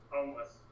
Homeless